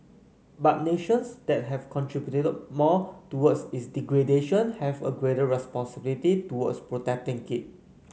but nations that have contributed more towards its degradation have a greater responsibility towards protecting it